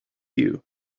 you